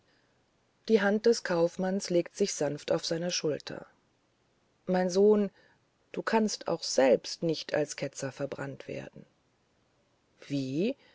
die hand des kaufmanns legt sich sanft auf seine schulter mein sohn du kannst auch selbst nicht als ketzer verbrannt werden wie